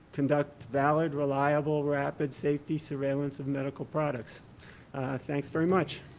conduct valid reliable rapid safety surveillance of medical products thanks very much.